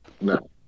No